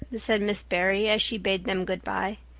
said miss barry, as she bade them good-bye.